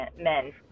men